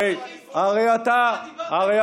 הרי אתה, הכול.